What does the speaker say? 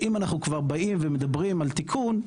אם אנחנו באים ומדברים על תיקון,